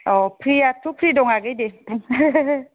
औ फ्रियाथ' फ्रि दं आगै दे बुं